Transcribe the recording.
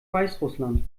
weißrussland